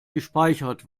gespeichert